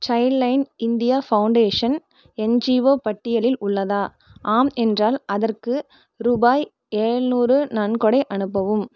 child line India foundation NGO பட்டியலில் உள்ளதா ஆம் என்றால் அதற்கு ரூபாய் ஏழுநூறு நன்கொடை அனுப்பவும்